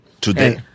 Today